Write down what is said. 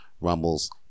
rumbles